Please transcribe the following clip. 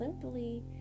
simply